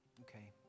Okay